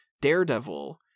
Daredevil